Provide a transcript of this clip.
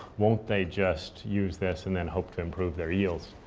won't they just use this and then hope to improve their yields?